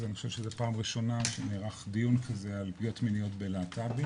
אני חושב שזה פעם ראשונה שנערך דיון כזה על פגיעות מיניות בלהט"בים.